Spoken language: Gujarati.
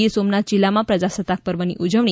ગીર સોમનાથ જિલ્લા પ્રજાસત્તાક પર્વ ની ઉજવણી